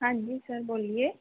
ਹਾਂਜੀ ਸਰ ਬੋਲੀਏ